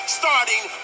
starting